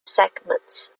segments